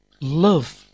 Love